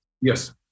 Yes